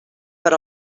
per